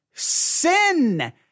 sin